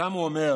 שם הוא אומר: